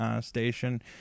station